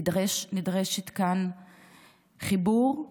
נדרש כאן חיבור,